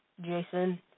Jason